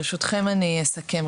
ברשותכם אסכם.